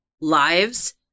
lives